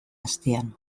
astean